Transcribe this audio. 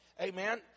Amen